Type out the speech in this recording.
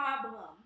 problem